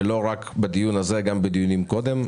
ולא רק בדיון הזה גם בדיונים קודם.